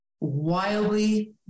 wildly